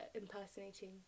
impersonating